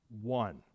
one